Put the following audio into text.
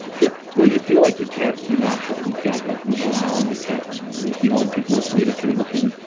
yeah, well you feel like you can't can't be natural, and you can't like move around, you can't you know, and people will see it if you're looking,